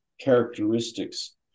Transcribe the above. characteristics